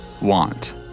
want